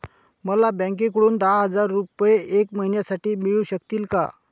मला बँकेकडून दहा हजार रुपये एक महिन्यांसाठी मिळू शकतील का?